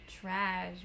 trash